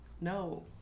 No